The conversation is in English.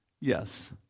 Yes